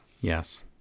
Yes